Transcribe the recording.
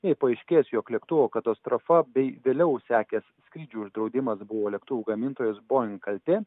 jei paaiškės jog lėktuvo katastrofa bei vėliau sekęs skrydžių uždraudimas buvo lėktuvų gamintojos boing kaltė